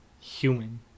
human